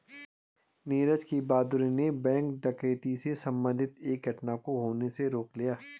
नीरज की बहादूरी ने बैंक डकैती से संबंधित एक घटना को होने से रोक लिया